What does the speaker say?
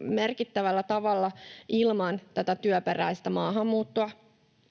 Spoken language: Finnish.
merkittävällä tavalla ilman tätä työperäistä maahanmuuttoa.